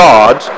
God